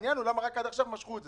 השאלה היא למה משכו את זה עד עכשיו,